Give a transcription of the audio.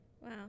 Wow